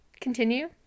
continue